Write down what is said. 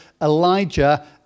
Elijah